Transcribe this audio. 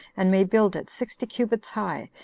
and may build it sixty cubits high,